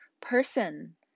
person